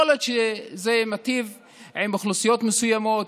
יכול להיות שזה מיטיב עם אוכלוסיות מסוימות,